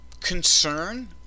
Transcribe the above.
concern